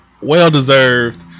Well-deserved